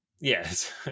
Yes